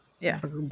yes